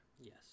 Yes